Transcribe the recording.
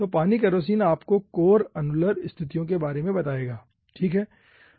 तो पानी केरोसिन आपको कोर अनुलर स्थितियों के बारे में बताएगा ठीकहै